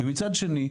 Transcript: ומצד שני,